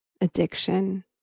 addiction